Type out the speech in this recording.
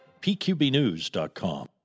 pqbnews.com